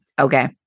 Okay